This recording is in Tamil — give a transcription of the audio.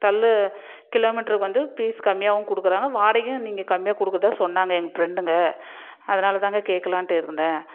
தள்ளு கிலோ மீட்ரு வந்து பீஸ் கம்மியாகவும் கொடுக்குறாங்க வாடகையும் நீங்கள் கம்மியாக கொடுக்கறதா சொன்னாங்க எங்க ஃபிரண்டுங்க அதனால் தாங்க கேட்கலான்ட்டு இருந்தேன்